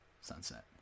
Sunset